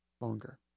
longer